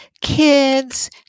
kids